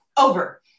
over